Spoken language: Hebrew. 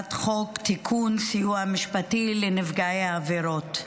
הצעת חוק תיקון, סיוע משפטי לנפגעי עבירות,